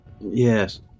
Yes